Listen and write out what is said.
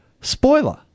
spoiler